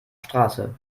straße